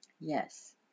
Yes